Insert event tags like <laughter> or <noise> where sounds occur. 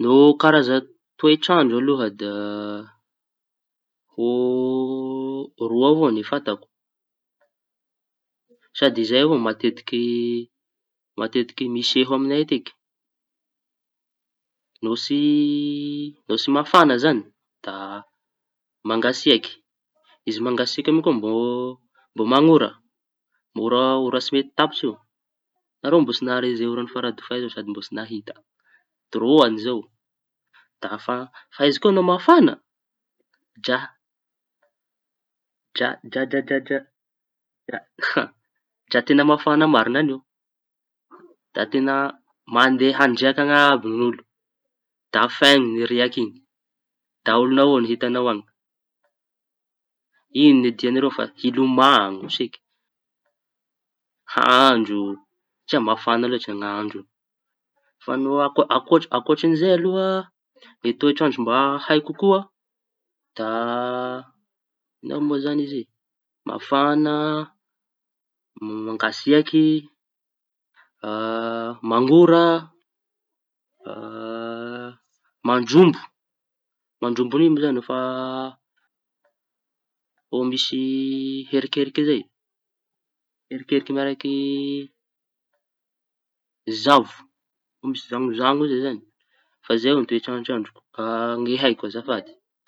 No karaza toetrandro aloha da roa avao ny fantako sady zay avao matetiky miseo amiñay atiky. No tsy no tsy mafaña zañy da mangatsiaky. Izy mangatsiaky io koa mbô manoraora tsy mety tapitsy io. Nareo mbô tsy nare zay ora faradofay zay? Sady mbô tsy nahita trô añ'izao! Da fa izy koa mafana dra dra dra dra teña mafaña mariñy an'io. Da teña mandeha andriaky añy àby ny olo da feño ny riaky iñy. Da oloñy hitañao añy ;iñy tiañereo fa ilomaño seky handro satria mafña loatsy ny andro iñy. Fa no ankoatry ankoatry ny izay aloha ny toetrandro mba haiko koa da <hesitation> ino mo zañy izy mafaña, mangatsiaky, <hesitation> mañora <hesitation> a mandrombo, mandrombo io moa refa hô misy erikeriky zay. Erikeriky miaraky zavo, misy zamo zamo io zañy. Da fa zay avao ny toetrandro haiko azafady.